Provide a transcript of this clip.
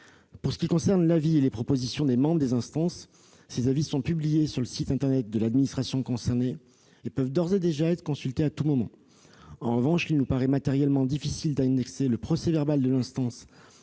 du secteur ... Or l'avis et les propositions des membres des instances sont publiés sur le site internet de l'administration concernée et peuvent d'ores et déjà être consultés à tout moment. En revanche, il nous paraît matériellement difficile d'annexer les procès-verbaux à l'exposé